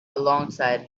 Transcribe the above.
alongside